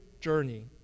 journey